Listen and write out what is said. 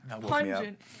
pungent